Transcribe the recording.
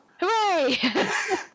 Hooray